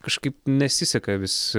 kažkaip nesiseka vis